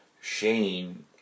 Shane